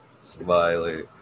Smiley